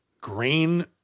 Grain